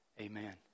Amen